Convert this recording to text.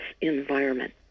environment